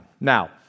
Now